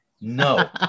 No